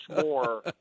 more